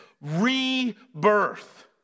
rebirth